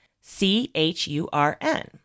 C-H-U-R-N